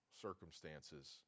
circumstances